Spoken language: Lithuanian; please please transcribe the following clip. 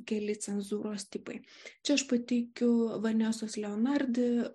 keli cenzūros tipai čia aš pateikiu vanesos leonarda